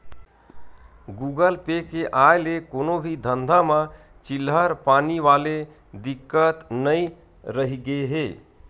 Google Pay के आय ले कोनो भी धंधा म चिल्हर पानी वाले दिक्कत नइ रहिगे हे